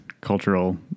cultural